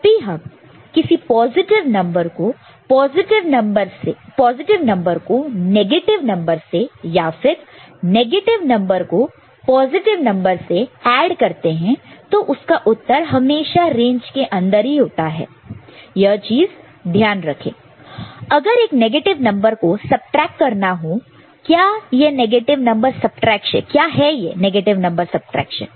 जब भी हम किसी पॉजिटिव नंबर को नेगेटिव नंबर से या फिर नेगेटिव नंबर को पॉजिटिव नंबर से ऐड करते हैं तो उसका उत्तर हमेशा रेंज के अंदर ही होता है यह चीज ध्यान रखें अगर एक नेगेटिव नंबर को सबट्रैक करना हो तो क्या है नेगेटिव नंबर सबट्रैक्शन